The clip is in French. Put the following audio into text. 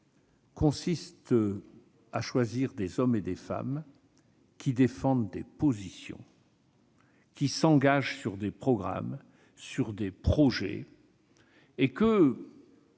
consiste à choisir des hommes et des femmes qui défendent des positions et s'engagent sur des programmes et des projets. Il est